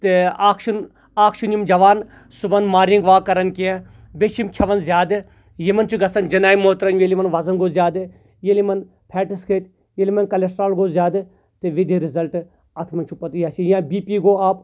تہٕ اکھ چھِ نہٕ اکھ چھِنہٕ یِم جوان صُبحن مارنٛگ واک کران کیٚنٛہہ بیٚیہِ چھِ یِم کھیٚوان زیادٕ یِمن چھُ گژھان جِناب محترم ییٚلہِ یِمن وَزن گوٚو زیادٕ ییٚلہِ یمن فیٹٕس گٔے ییٚلہِ یِمن کولیسٹرال گوٚو زیادٕ تہٕ وِد دَ رِزلٹ اتھ منٛز چھُ پتہٕ یہِ ہسا یہِ یا بی پی گوٚو اَپ